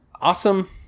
Awesome